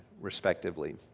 respectively